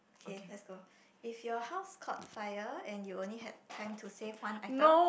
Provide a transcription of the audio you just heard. okay let's go if your house caught fire and you only have time to save one item